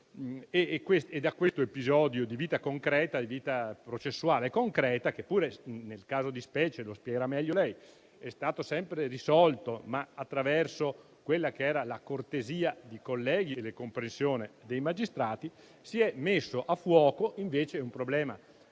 Da questo episodio di vita concreta, di vita processuale concreta, che, nel caso di specie, come spiegherà meglio lei, è stato risolto, ma attraverso la cortesia di colleghi e la comprensione dei magistrati, si è messo a fuoco un problema serio,